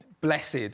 blessed